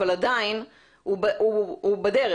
אבל עדיין הוא בדרך.